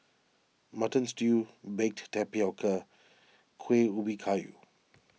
Mutton Stew Baked Tapioca Kueh Ubi Kayu